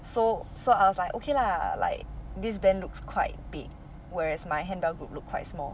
so so I was like okay lah like this band looks quite big whereas my handbell group look quite small